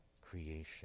creation